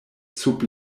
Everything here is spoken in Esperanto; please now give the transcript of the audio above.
sub